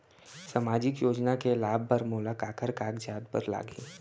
सामाजिक योजना के लाभ बर मोला काखर कागजात बर लागही?